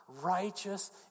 righteous